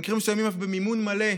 במקרים מסוימים אף במימון מלא,